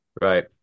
Right